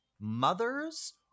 mothers